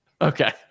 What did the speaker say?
Okay